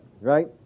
Right